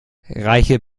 reiche